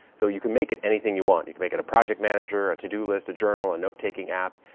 so you can make it anything you want. you can make it a project manager, a to-do list, a journal, a note taking app.